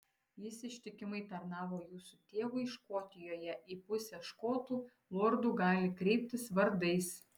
jis ištikimai tarnavo jūsų tėvui škotijoje į pusę škotų lordų gali kreiptis vardais